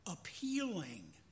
appealing